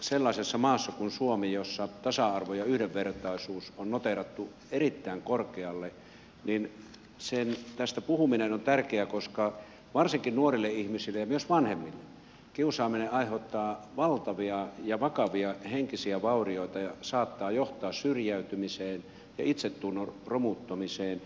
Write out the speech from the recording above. sellaisessa maassa kuin suomi jossa tasa arvo ja yhdenvertaisuus on noteerattu erittäin korkealle kiusaamisesta puhuminen on tärkeää koska varsinkin nuorille ihmisille ja myös vanhemmille kiusaaminen aiheuttaa valtavia ja vakavia henkisiä vaurioita ja saattaa johtaa syrjäytymiseen ja itsetunnon romuttumiseen